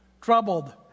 troubled